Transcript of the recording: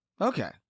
Okay